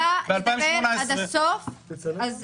אני לא הפרעתי לך, אני רוצה לדבר עד הסוף, בבקשה.